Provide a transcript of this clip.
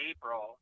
April